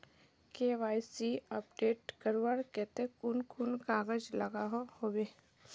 KYC update करवार केते कुन कुन कागज लागोहो होबे?